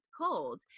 cold